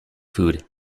food